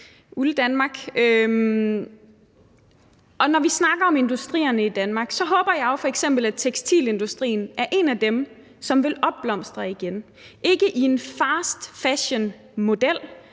når vi snakker om industrierne i Danmark, håber jeg jo f.eks., at tekstilindustrien er en af dem, som vil blomstre op igen, ikke i en fast fashion-model,